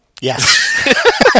Yes